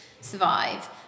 survive